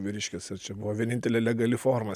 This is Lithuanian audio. vyriškis ar čia buvo vienintelė legali forma